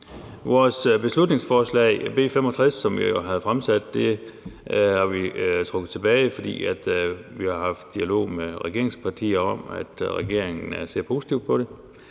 Vores beslutningsforslag B 65 har vi trukket tilbage, fordi vi har haft en dialog med regeringspartierne om, at regeringen ser positivt på det.